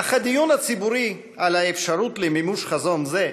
אך הדיון הציבורי על האפשרות למימוש חזון זה,